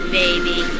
baby